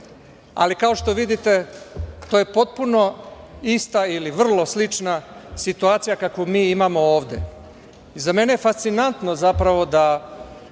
ali kao što vidite, to je potpuno ista ili vrlo slična situacija kakvu mi imamo ovde. Za mene je fascinantno zapravo da